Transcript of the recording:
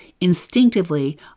Instinctively